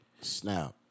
Snap